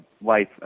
wife